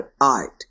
art